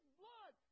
blood